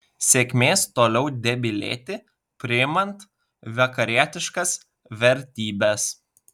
sėkmės toliau debilėti priimant vakarietiškas vertybes